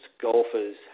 golfers